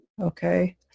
okay